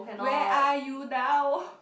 where are you now